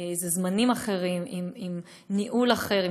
אלה זמנים אחרים עם ניהול אחר,